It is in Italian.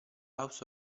house